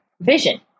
vision